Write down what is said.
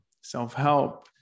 self-help